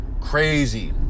crazy